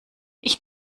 ich